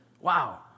Wow